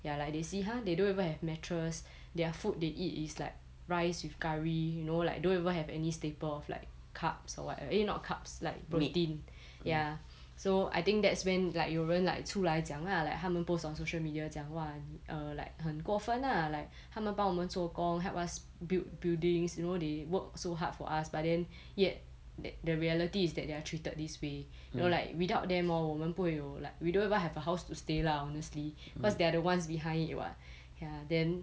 ya like they see !huh! they don't even have mattress their food they eat is like rice with curry you know like don't even have any staple of like carbohydrates or whatever eh not carbohydrates like protein ya so I think that's when like 有人 like 出来讲 lah like 他们 post on social media 讲 !wah! err like 很过分 lah like 他们帮我们做工 help us build building you know they work so hard for us but then yet that the reality is that they are treated this way you know like without them hor 我们不会有 like we don't even have a house to stay lah honestly because they are the ones behind it you [what] ya then